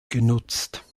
genutzt